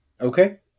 Okay